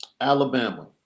alabama